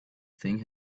thing